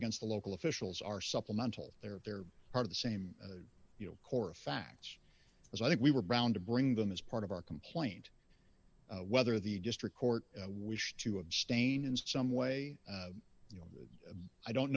against the local officials are supplemental they're they're part of the same you know core facts as i think we were brown to bring them as part of our complaint whether the district court wish to abstain in some way and i don't